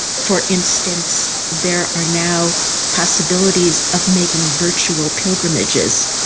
for instance, there are now possibilities of making virtual pilgrimages.